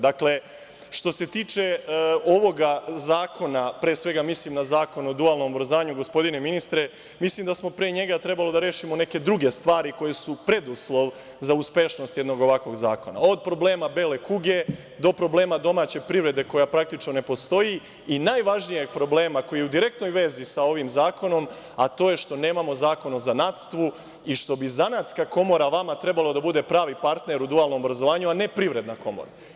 Dakle, što se tiče ovoga zakona pre svega mislim na Zakon o dualnom obrazovanju, gospodine ministre, mislim da smo pre njega trebali da rešimo neke druge stvari koje su preduslov za uspešnost jednog ovakvog zakona, od problema bele kuge, do problema domaće privrede koja praktično ne postoji i najvažnijeg problema koji je u direktnoj vezi sa ovim zakonom, a to je što nemamo zakon o zanatstvu i što bi zanatska komora vama trebalo da bude pravi partner u dualnom obrazovanju a ne Privredna komora.